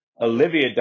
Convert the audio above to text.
Olivia